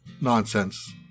nonsense